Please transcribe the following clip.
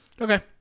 Okay